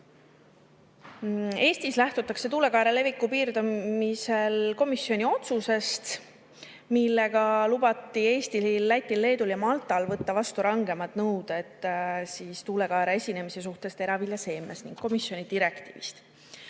Eestis lähtutakse tuulekaera leviku piiramisel komisjoni otsusest, millega lubati Eestil, Lätil, Leedul ja Maltal võtta vastu rangemad nõuded tuulekaera esinemise suhtes teraviljaseemnes, ning komisjoni direktiivist.